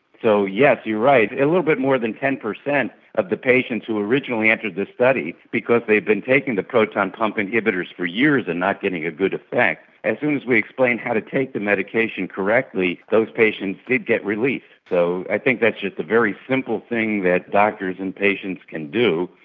so yes, you're right, a little bit more than ten percent of the patients who originally entered this study, because they had been taking the proton pump inhibitors for years and not getting a good effect, as soon as we explain how to take the medication correctly, those patients did get relief, so i think that's just a very simple thing that doctors and patients can do,